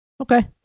Okay